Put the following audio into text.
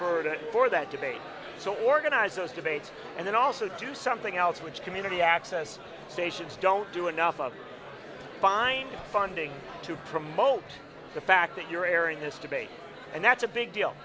that for that debate to organize those debates and then also do something else which community access stations don't do enough of find funding to promote the fact that you're airing this debate and that's a big deal